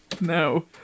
No